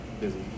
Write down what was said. busy